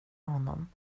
honom